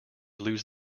lose